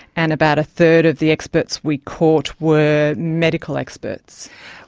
and about a third of the experts we caught were medical experts.